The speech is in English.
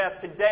Today